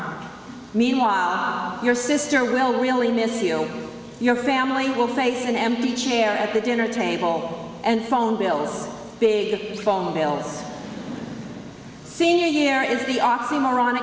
meanwhile your sister will really know your family will face an empty chair at the dinner table and phone bills big phone bills senior year is the oxymoron